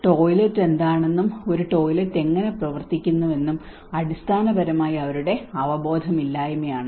toilet എന്താണെന്നും ഒരു toilet എങ്ങനെ പ്രവർത്തിക്കുന്നുവെന്നും അടിസ്ഥാനപരമായി അവരുടെ അവബോധമില്ലായ്മയാണ്